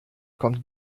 kommt